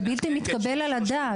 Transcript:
זה בלתי מתקבל על הדעת.